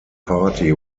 party